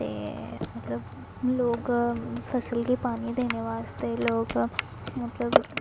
ते मतलब लोक फसल गी पानी देने बास्तै लोक मतलब